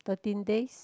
thirteen days